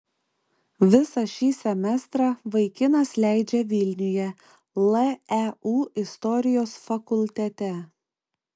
visą šį semestrą vaikinas leidžia vilniuje leu istorijos fakultete